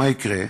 מה יקרה?